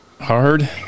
hard